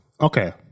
Okay